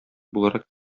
буларак